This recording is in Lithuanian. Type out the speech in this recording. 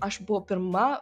aš buvau pirma